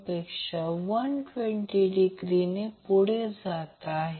आणि मॅग्नेट फिरत आहे ते घड्याळाच्या विरुद्ध दिशेने फिरत आहे